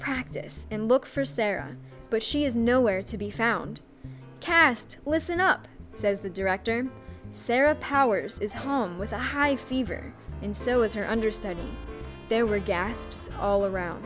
practice and look for sarah but she is nowhere to be found cast listen up says the director sarah powers is home with a high fever and so is her understudy there were gasps all around